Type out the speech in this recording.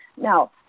now